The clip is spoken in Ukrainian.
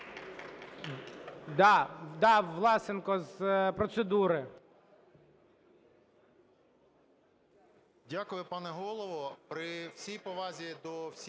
Дякую пане Голово.